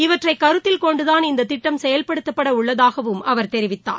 இவற்றை கருத்தில்கொண்டுதான் இந்த திட்டம் செயல்படுத்தப்பட உள்ளதாகவும் அவர் தெரிவித்தார்